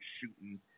shooting